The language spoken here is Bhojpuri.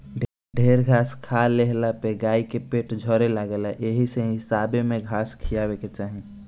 ढेर घास खा लेहला पे गाई के पेट झरे लागेला एही से हिसाबे में घास खियावे के चाही